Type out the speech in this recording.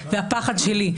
והפחד שלי,